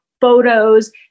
photos